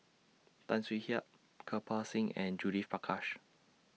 Tan Swie Hian Kirpal Singh and Judith Prakash